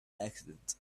accident